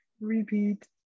Repeat